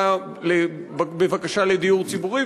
באה בבקשה לדיור ציבורי,